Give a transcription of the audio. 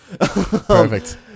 Perfect